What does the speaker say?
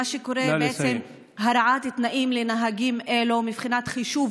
מה שקורה בעצם זה הרעת תנאים לנהגים אלו מבחינת חישוב